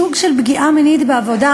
סוג של פגיעה מינית בעבודה,